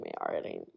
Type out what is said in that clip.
already